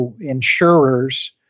insurers